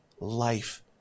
life